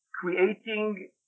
creating